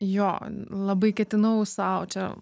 jo labai ketinau sau čia